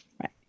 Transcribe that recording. Right